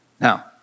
Now